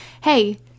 hey